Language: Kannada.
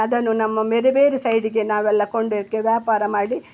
ಅದನ್ನು ನಮ್ಮ ಬೇರೆ ಬೇರೆ ಸೈಡಿಗೆ ನಾವೆಲ್ಲ ಕೊಂಡೊಯ್ಯೋಕ್ಕೆ ವ್ಯಾಪಾರ ಮಾಡಿ